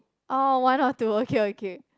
oh one or two okay okay